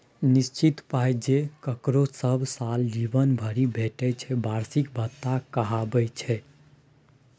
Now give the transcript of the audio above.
निश्चित पाइ जे ककरो सब साल जीबन भरि भेटय छै बार्षिक भत्ता कहाबै छै